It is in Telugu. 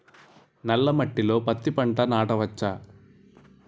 నల్ల మట్టిలో పత్తి పంట నాటచ్చా?